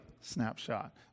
snapshot